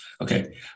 Okay